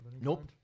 Nope